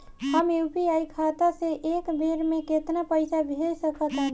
हम यू.पी.आई खाता से एक बेर म केतना पइसा भेज सकऽ तानि?